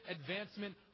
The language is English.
advancement